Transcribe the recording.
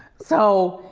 so,